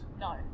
No